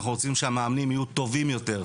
אנחנו רוצים שהמאמנים יהיו טובים יותר,